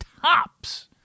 tops